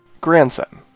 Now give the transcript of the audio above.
Grandson